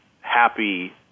happy